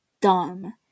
dumb